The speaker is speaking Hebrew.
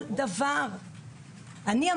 אני לביאה,